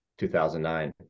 2009